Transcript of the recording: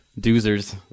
Doozers